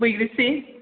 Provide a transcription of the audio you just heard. बैग्रिस्रि